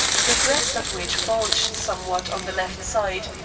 the breast of which bulged somewhat on the left side,